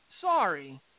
Sorry